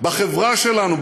בחברה שלנו,